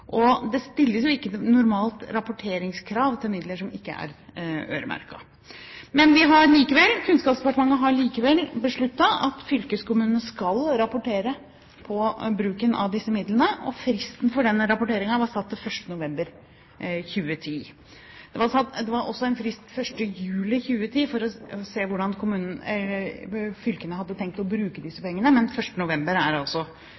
Det stilles normalt ikke rapporteringskrav til midler som ikke er øremerket. Kunnskapsdepartementet har likevel besluttet at fylkeskommunene skal rapportere om bruken av disse midlene, og fristen for rapporteringen var satt til 1. november 2010. Det var også en frist 1. juli 2010 for å se hvordan fylkene hadde tenkt å bruke disse pengene – men 1. november er altså